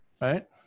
right